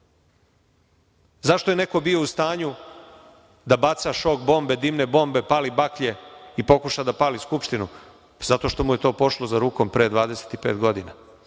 je neko bio u stanju da baca šok bombe, dimne bombe, pali baklje i pokuša da pali Skupštinu? Zato što mu je to pošlo za rukom pre 25 godina.